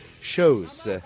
shows